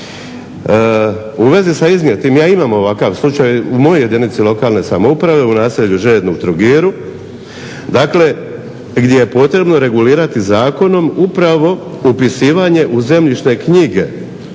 U vezi sa iznijeti, ja imam ovakav slučaj u mojoj jedinici lokalne samouprave u naselju Žedno u Trogiru gdje je potrebno regulirati zakonom upravo upisivanje u zemljišne knjige,